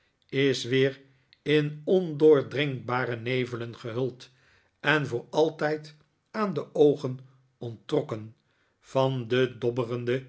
is weer in ondoordringbare nevelen gehuld en voor altijd aan de oogen onttrokken van den dobberenden